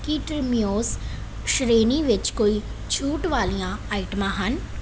ਕੀ ਟਿਮਿਓਸ ਸ਼੍ਰੇਣੀ ਵਿੱਚ ਕੋਈ ਛੂਟ ਵਾਲੀਆਂ ਆਈਟਮਾਂ ਹਨ